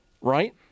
right